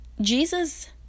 Jesus